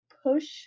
push